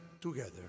together